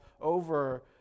over